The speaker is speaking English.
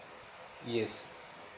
yes